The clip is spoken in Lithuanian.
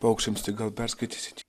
paukščiams tai gal perskaitysit į